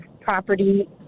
property